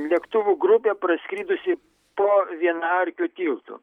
lėktuvų grupė praskridusi po vienaarkiu tiltu